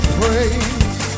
praise